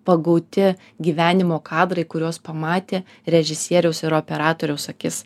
pagauti gyvenimo kadrai kuriuos pamatė režisieriaus ir operatoriaus akis